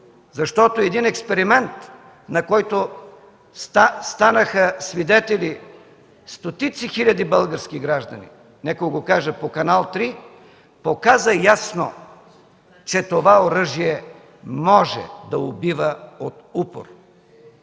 Защото един експеримент, на който станаха свидетели стотици хиляди български граждани – нека го кажа – по Канал 3, показа ясно, че това оръжие може да убива от упор.